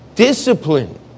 Discipline